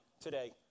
today